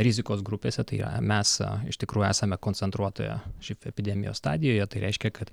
rizikos grupėse tai mes iš tikrųjų esame koncentruotoje živ epidemijos stadijoje tai reiškia kad